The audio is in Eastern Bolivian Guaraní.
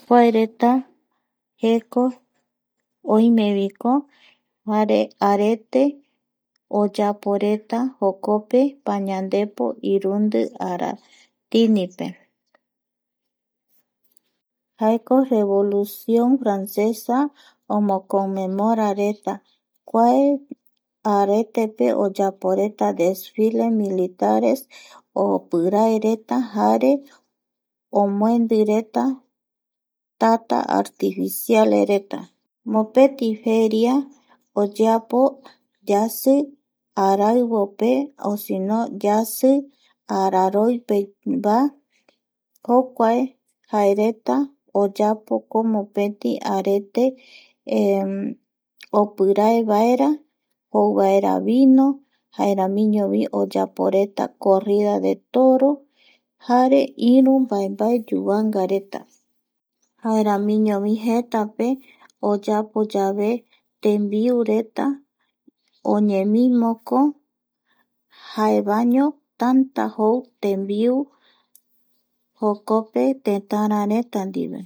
Kuareta jeko oimeviko jare arete oyaporeta jokpe pañandepo irundi aratini jaeko revolución francesa omoconmemorareta kuae aretepe oyaporeta desfile militares, opiraereta jare omboendireta tata artificialesreta mopeti feria oyeapo yasi araivope o sino yasi araroipe jokuae jaereta oyapoko mopeti arete opiraevaera jare jouvaera vino jaeramiñovi oyaoreta corrida de toro jare iru mbaembae yuvangareta jaeramiñovi jetape oyapo yave tembiureta oñemimoko jaevaeño tata jou tembiu jokpe tetarareta ndie.